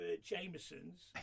jameson's